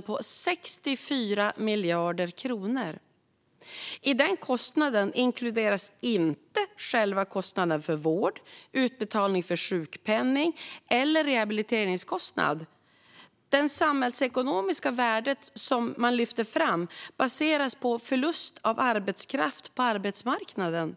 låg på 64 miljarder kronor. I kostnaden inkluderas inte själva kostnaden för vård, utbetalning av sjukpenning eller rehabiliteringskostnad. Det samhällsekonomiska värde som man lyfter fram baseras på förlust av arbetskraft på arbetsmarknaden.